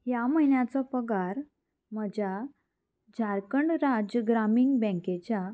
ह्या म्हयन्याचो पगार म्हज्या झारखंड राज्य ग्रामीण बँकेच्या